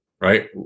right